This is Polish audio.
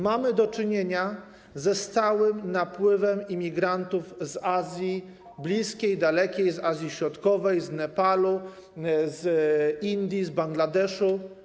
Mamy do czynienia ze stałym napływem imigrantów z Azji, bliskiej, dalekiej, z Azji Środkowej, z Nepalu, Indii, Bangladeszu.